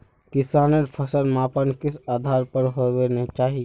किसानेर फसल मापन किस आधार पर होबे चही?